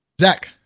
Zach